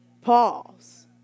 Pause